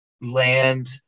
land